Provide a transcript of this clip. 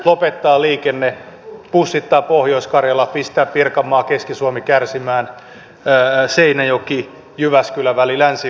lopettaa liikenne pussittaa pohjois karjala pistää pirkanmaa keski suomi kärsimään pää seinäjoki jyväskylä välillä ensi